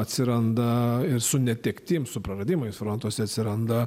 atsiranda ir su netektim su praradimais frontuose atsiranda